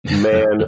man